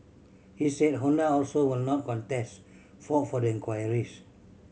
he said Honda also will not contest fault for the inquires